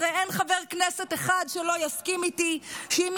הרי אין חבר כנסת אחד שלא יסכים איתי שאם